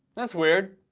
that's weird.